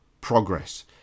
progress